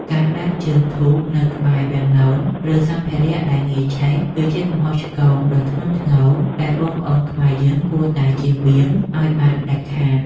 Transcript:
ការដាក់ជើងធូបនៅក្បែរវាំងនន ឬសម្ភារៈដែលងាយឆេះ គឺជាកំហុសឆ្គងដ៏ធ្ងន់ធ្ងរដែលបងប្អូនខ្មែរយើងគួរតែជៀសវាងឱ្យបានដាច់ខាត។